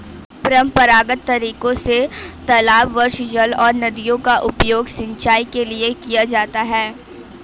परम्परागत तरीके से तालाब, वर्षाजल और नदियों का उपयोग सिंचाई के लिए किया जाता है